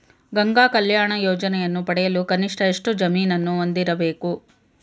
ಗಂಗಾ ಕಲ್ಯಾಣ ಯೋಜನೆಯನ್ನು ಪಡೆಯಲು ಕನಿಷ್ಠ ಎಷ್ಟು ಜಮೀನನ್ನು ಹೊಂದಿರಬೇಕು?